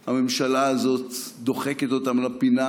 הממשלה הזאת דוחקת אותם לפינה,